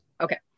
Okay